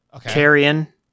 Carrion